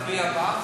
כל זה ותצביע בעד?